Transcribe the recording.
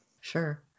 Sure